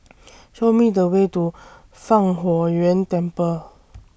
Show Me The Way to Fang Huo Yuan Temple